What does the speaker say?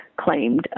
claimed